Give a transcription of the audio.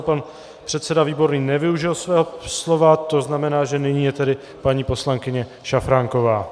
Pan předseda Výborný nevyužil svého slova, to znamená, že nyní je paní poslankyně Šafránková.